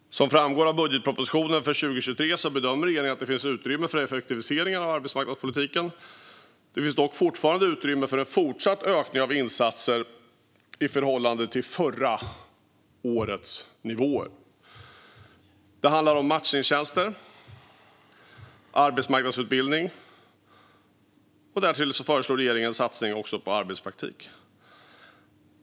Som framgår av budgetpropositionen för 2023 bedömer regeringen att det finns utrymme för effektiviseringar av arbetsmarknadspolitiken. Det finns dock fortfarande utrymme för en fortsatt ökning av insatser i förhållande till förra årets nivåer. Det handlar om matchningstjänster och arbetsmarknadsutbildning. Därtill föreslår regeringen en satsning på arbetspraktik.